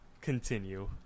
continue